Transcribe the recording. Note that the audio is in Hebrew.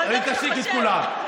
היא תשתיק את כולם.